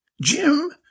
Jim